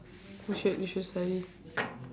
you should you should study